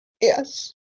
Yes